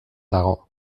dago